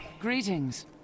Greetings